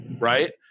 right